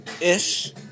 Ish